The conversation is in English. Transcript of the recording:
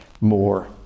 more